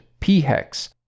pHEX